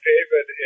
David